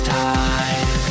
time